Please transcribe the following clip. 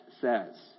says